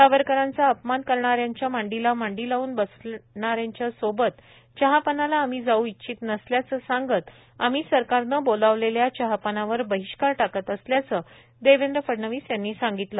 सावरकरांचा अपमान करणारांच्या मांडीला मांडी लावून बसलेल्यांच्या सोबत चाहा पानाला आम्ही जावू इच्छित नसल्याचे सांगत आम्ही सरकारने बोलावलेल्या चहापानावर बहिष्कार टाकत असल्याचे देवेद्र फडणवीस यांनी सांगितले